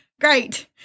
great